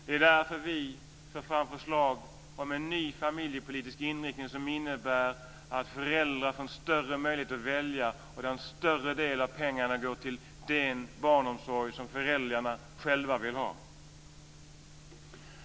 Det är därför vi för fram förslag om en ny familjepolitisk inriktning som innebär att föräldrar får en större möjlighet att välja och där en större del av pengarna går till den barnomsorg som föräldrarna själva vill ha.